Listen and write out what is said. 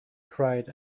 cried